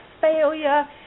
failure